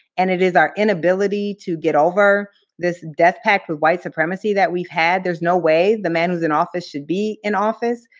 and it is our inability to get over this death pact with white supremacy that we've had. there's no way the man who's in office should be in office.